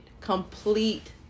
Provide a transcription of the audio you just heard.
complete